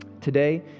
Today